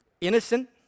innocent